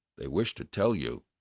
they wish to tell you,